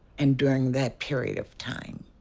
and during that period of time,